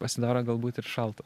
pasidaro galbūt ir šalta